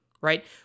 right